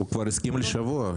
הוא כבר הסכים לשבוע.